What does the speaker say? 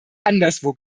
anderswo